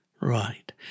Right